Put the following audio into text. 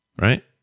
right